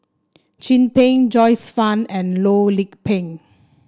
Chin Peng Joyce Fan and Loh Lik Peng